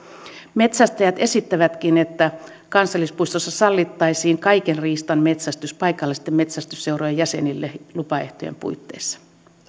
metsästäjät esittävätkin että kansallispuistossa sallittaisiin kaiken riistan metsästys paikallisten metsästysseurojen jäsenille lupaehtojen puitteissa